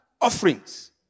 offerings